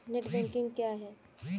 Net banking क्या है?